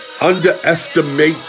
underestimate